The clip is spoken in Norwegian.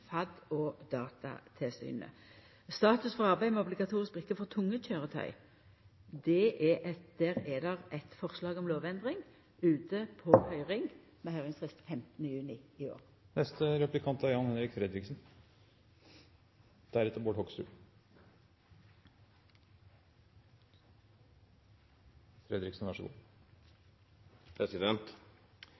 og Datatilsynet. Status for arbeidet med obligatorisk brikke for tunge køyretøy er at det er eit forslag om lovendring ute på høyring, med høyringsfrist 15. juni i år. Statsrådens partikollega, Janne Sjelmo Nordås, roser dette forslaget og mener at her blir miljøet ivaretatt på en meget god